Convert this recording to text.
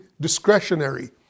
discretionary